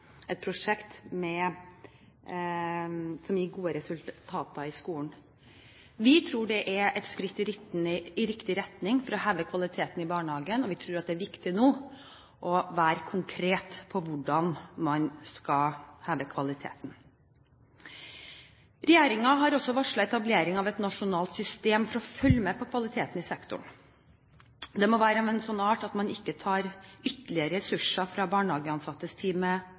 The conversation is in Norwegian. et prosjekt som gir gode resultater i skolen. Vi tror det er et skritt i riktig retning for å heve kvaliteten i barnehagen, og vi tror det er viktig nå å være konkret på hvordan man skal heve kvaliteten. Regjeringen har også varslet etablering av et nasjonalt system for å følge med på kvaliteten i sektoren. Det må være av en slik art at man ikke tar ytterligere ressurser fra barnehageansattes tid med